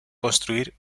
construir